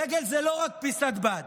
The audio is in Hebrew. דגל זה לא רק פיסת בד.